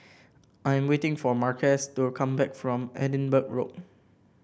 I am waiting for Marques to come back from Edinburgh Road